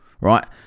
right